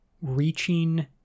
reaching